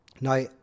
Now